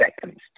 seconds